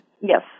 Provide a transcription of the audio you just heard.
Yes